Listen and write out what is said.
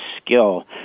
skill